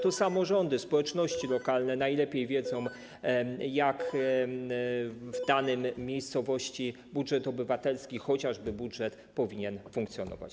To samorządy, społeczności lokalne najlepiej wiedzą, jak w danej miejscowości budżet obywatelski, chociażby budżet, powinien funkcjonować.